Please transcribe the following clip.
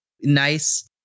nice